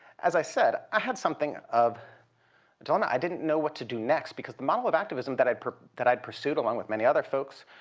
as i said, i had something of a dilemma. i didn't know what to do next because the model model of activism that i'd that i'd pursued, along with many other folks,